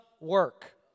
work